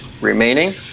remaining